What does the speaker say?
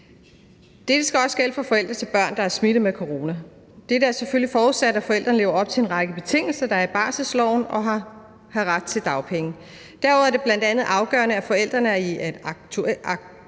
Det skal også gælde for forældre til børn, der er smittet med corona. Det er selvfølgelig forudsat, at forældrene lever op til en række betingelser, der er i barselsloven, og har ret til dagpenge. Derudover er det bl.a. afgørende, at forældrene er i aktuelt